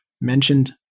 mentioned